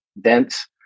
dense